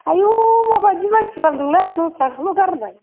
आयु माबायदि मानसिबाल नोंलाय दस थाखाल' गारनाय